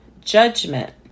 judgment